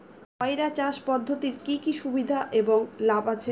পয়রা চাষ পদ্ধতির কি কি সুবিধা এবং লাভ আছে?